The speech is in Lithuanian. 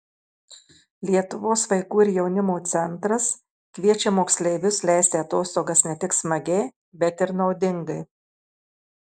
lietuvos vaikų ir jaunimo centras kviečia moksleivius leisti atostogas ne tik smagiai bet ir naudingai